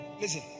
listen